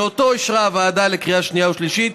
שאותו אישרה הוועדה לקריאה שנייה ושלישית.